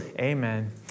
Amen